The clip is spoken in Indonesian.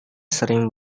sering